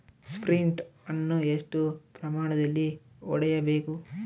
Sprint ಅನ್ನು ಎಷ್ಟು ಪ್ರಮಾಣದಲ್ಲಿ ಹೊಡೆಯಬೇಕು?